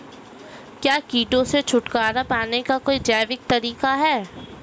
क्या कीटों से छुटकारा पाने का कोई जैविक तरीका है?